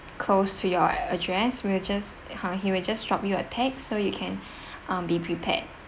close to your address we'll just he will just drop you a text so you can um be prepared